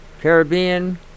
Caribbean